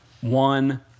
one